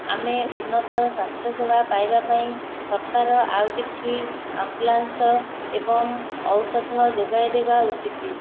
ଆମେ ଉନ୍ନତ ସ୍ୱାସ୍ଥ୍ୟସେବା ପାଇବା ପାଇଁ ସରକାର ଆଉ କିଛି ଆମ୍ବୁଲାନ୍ସ ଏବଂ ଔଷଧ ଯୋଗାଇ ଦେବା ଉଚିତ୍